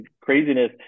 craziness